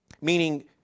Meaning